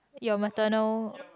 you maternal